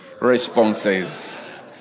responses